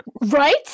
Right